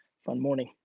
from morning.